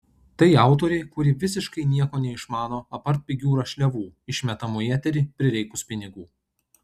tai autorė kuri visiškai nieko neišmano apart pigių rašliavų išmetamų į eterį prireikus pinigų